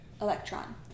electron